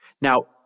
Now